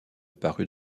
parus